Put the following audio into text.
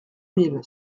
mille